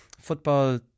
football